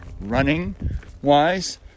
running-wise